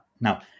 Now